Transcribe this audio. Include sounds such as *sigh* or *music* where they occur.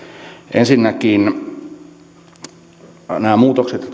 ensinnäkin nämä muutokset *unintelligible*